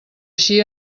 així